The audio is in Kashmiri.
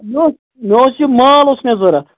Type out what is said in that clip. مےٚ مےٚ اوس یہِ مال اوس مےٚ ضوٚرتھ